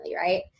right